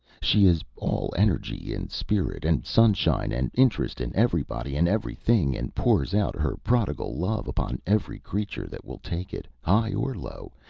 she is all energy, and spirit, and sunshine, and interest in everybody and everything, and pours out her prodigal love upon every creature that will take it, high or low,